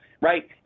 right